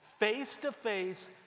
face-to-face